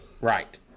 Right